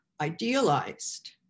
idealized